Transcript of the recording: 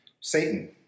Satan